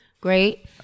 great